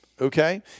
Okay